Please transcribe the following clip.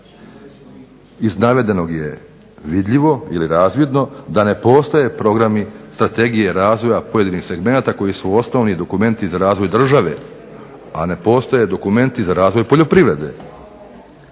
Iz navedenog je vidljivo ili razvidno da ne postoje programi strategije razvoja pojedinih segmenata koji su osnovni dokumenti za razvoj države, a ne postoje dokumenti za razvoj poljoprivrede.